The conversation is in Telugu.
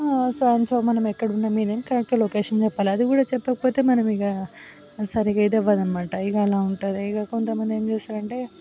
సో అండ్ సో మనం ఎక్కడున్నాము ఏంటీ అని కరెక్ట్గా లొకేషన్ చెప్పాలి అది కూడా చెప్పకపోతే మనం ఇక సరిగ్గా ఏది అవ్వదు అన్నమాట ఇక అలా ఉంటుంది కొంత మంది ఏం చేస్తారు అంటే